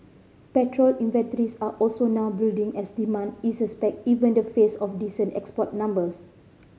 petrol inventories are also now building as demand eases back even in the face of decent export numbers